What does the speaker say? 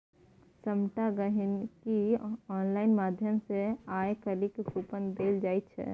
सभटा गहिंकीकेँ आनलाइन माध्यम सँ आय काल्हि कूपन देल जाइत छै